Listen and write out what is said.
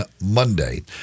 Monday